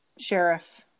Sheriff